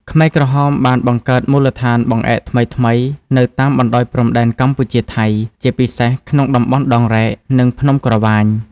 ខ្មែរក្រហមបានបង្កើតមូលដ្ឋានបង្អែកថ្មីៗនៅតាមបណ្ដោយព្រំដែនកម្ពុជា-ថៃ ជាពិសេសក្នុងតំបន់ភ្នំដងរែក និងភ្នំក្រវាញ។